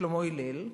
שלמה הלל,